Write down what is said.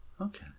Okay